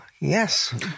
yes